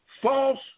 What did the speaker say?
false